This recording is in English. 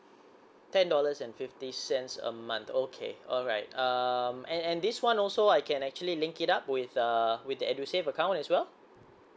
ten dollars and fifty cents a month okay alright um and and this one also I can actually link it up with uh with the edusave account as well